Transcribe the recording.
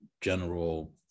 general